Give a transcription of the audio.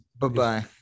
Bye-bye